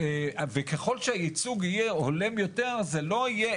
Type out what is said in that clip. וככל שהייצוג יהיה הולם יותר זה לא יהיה,